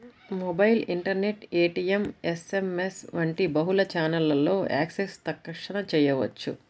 mobile, internet, ATM, SMS వంటి బహుళ ఛానెల్లలో యాక్సెస్ తక్షణ చేయవచ్చు